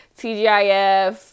TGIF